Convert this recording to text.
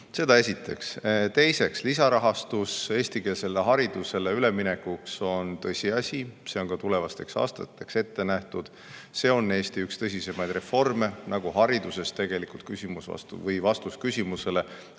Seda esiteks. Teiseks, lisarahastus eestikeelsele haridusele üleminekuks on tõsiasi, see on ka tulevasteks aastateks ette nähtud. See on Eestis üks kõige tõsisemaid reforme. Kogu hariduses tegelikult on vastus küsimusele,